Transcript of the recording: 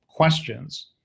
questions